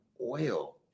oil